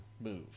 move